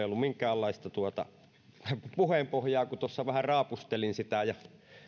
ollut minkäänlaista puheenpohjaa kun tuossa vähän raapustelin sitä ja